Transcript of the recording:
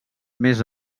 més